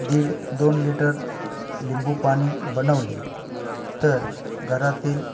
दीड दोन लिटर लिंबू पाणी बनवले तर घरातील